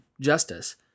justice